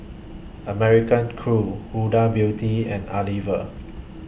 American Crew Huda Beauty and Unilever